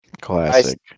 Classic